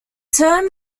term